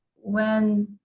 when